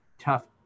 tough